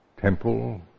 temple